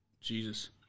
jesus